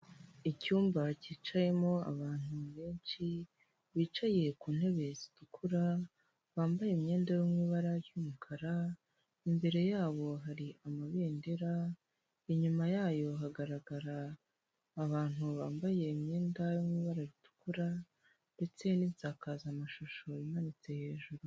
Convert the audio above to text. Icyumba cyicayemo abantu benshi, bicaye ku ntebe zitukura, bambaye imyenda yo mu ibara ry'umukara, imbere yabo hari amabendera, inyuma yayo hagaragara abantu bambaye imyenda y'ibara ritukura ndetse n'insakazamashusho imanitse hejuru.